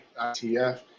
ITF